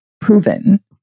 proven